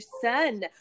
son